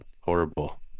horrible